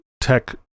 tech